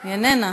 היא איננה,